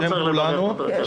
בשם כולנו,